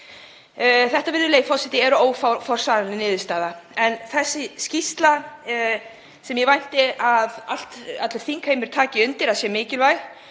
Það, virðulegi forseti, er óforsvaranleg niðurstaða. En þessi skýrsla, sem ég vænti að allur þingheimur taki undir að sé mikilvæg,